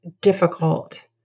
difficult